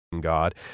God